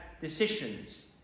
decisions